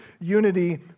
unity